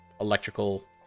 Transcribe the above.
electrical